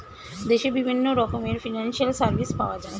দেশে বিভিন্ন রকমের ফিনান্সিয়াল সার্ভিস পাওয়া যায়